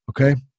okay